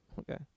okay